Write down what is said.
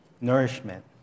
nourishment